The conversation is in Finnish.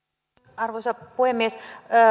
arvoisa puhemies